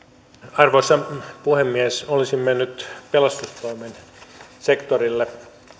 arvoisa puhemies olisin mennyt pelastustoimen sektorille